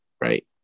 right